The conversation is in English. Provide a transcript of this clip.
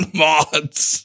mods